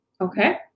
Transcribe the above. okay